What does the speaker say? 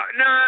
no